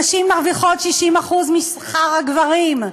נשים מרוויחות 60% משכר הגברים,